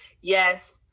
Yes